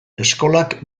eskolak